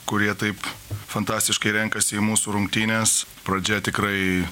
kurie taip fantastiškai renkasi į mūsų rungtynes pradžia tikrai